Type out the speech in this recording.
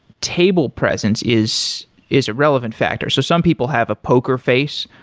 table presence is is a relevant factor. so some people have a poker face.